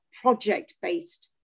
project-based